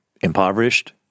impoverished